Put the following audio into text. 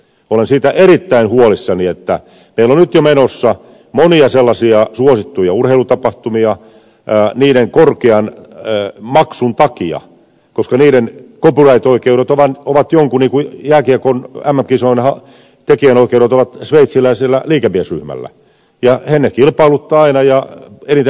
olen siitä erittäin huolissani että meillä on nyt jo menossa monia sellaisia suosittuja urheilutapahtumia niiden korkean maksun takia koska niiden copyright oikeudet ovat jollakin niin kuin jääkiekon mm kisojen tekijänoikeudet ovat sveitsiläisellä liikemiesryhmällä ja he ne kilpailuttavat aina ja eniten maksava ne saa